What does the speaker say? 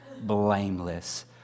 blameless